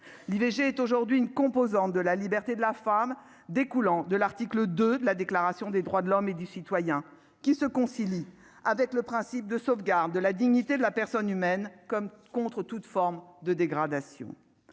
l'IVG est aujourd'hui une composante de la liberté de la femme découlant de l'article 2 de la déclaration des droits de l'homme et du citoyen qui se concilie avec le principe de sauvegarde de la dignité de la personne humaine, comme contre toute forme de dégradation